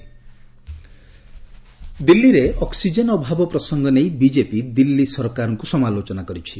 BJP Delhi oxygen ଦିଲ୍ଲୀରେ oxygen ଅଭାବ ପ୍ରସଙ୍ଗ ନେଇ ବିଜେପି ଦିଲ୍ଲୀ ସରକାରଙ୍କୁ ସମାଲୋଚନା କରିଛି